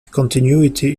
continuity